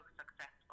successful